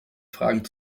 fragen